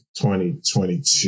2022